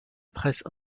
presse